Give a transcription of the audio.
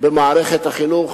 במערכת החינוך,